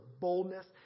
boldness